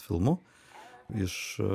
filmų iš